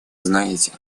знаете